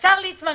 השר ליצמן,